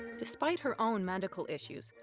despite her own medical issues,